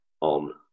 on